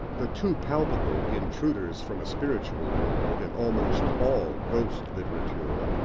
the too palpable intruders from a spiritual world in almost all ghost literature,